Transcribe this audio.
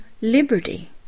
liberty